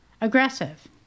aggressive